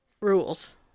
rules